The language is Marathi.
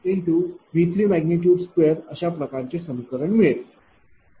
5V32 अशा प्रकारचे समीकरण मिळेल बरोबर